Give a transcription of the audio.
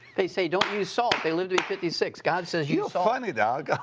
they say don't use salt. they live to be fifty six. god says. you're funny, doc,